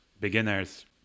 beginners